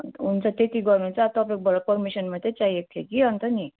हुन्छ त्यति गर्नु चाहिँ अब तपाईँकोबाट पर्मिसन मात्रै चाहिएको थियो कि अन्त नि